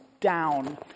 down